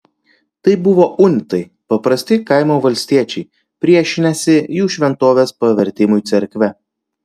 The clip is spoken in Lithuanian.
tai buvo unitai paprasti kaimo valstiečiai priešinęsi jų šventovės pavertimui cerkve